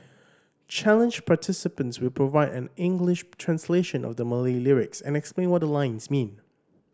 challenge participants will provide an English translation of the Malay lyrics and explain what the lines mean